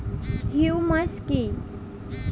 Humus কি?